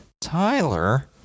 Tyler